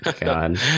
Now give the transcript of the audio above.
god